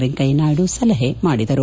ವೆಂಕಯ್ಲ ನಾಯ್ದು ಸಲಹೆ ಮಾಡಿದರು